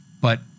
But-